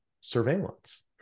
surveillance